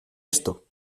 esto